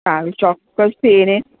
સારું ચોક્કસથી એને